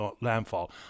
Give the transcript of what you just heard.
landfall